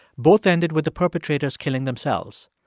both ended with the perpetrators killing themselves.